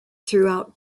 throughout